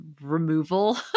Removal